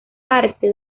parte